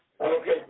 Okay